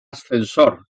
ascensor